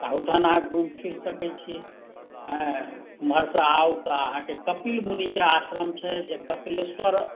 ओहूठाम अहाँ घुमि फिर सकैत छी ओमहरसँ आउ तऽ अहाँकेँ कपिल मुनिके आश्रम छै जे कपिलेश्वर